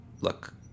look